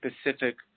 specific